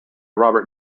robert